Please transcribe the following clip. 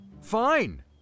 Fine